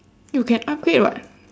you can upgrade what